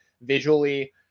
visually